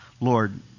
Lord